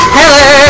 hello